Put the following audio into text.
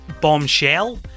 Bombshell